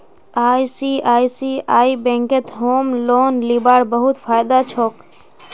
ICICI बैंकत home loan लीबार बहुत फायदा छोक